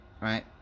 right